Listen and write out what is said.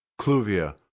Cluvia